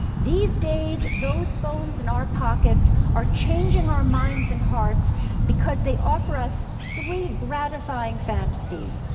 these days, those phones in our pockets are changing our minds and hearts because they offer us three gratifying fantasies.